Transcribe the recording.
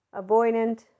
avoidant